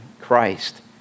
Christ